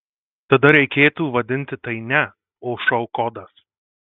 tada reikėtų vadinti tai ne o šou kodas